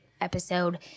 episode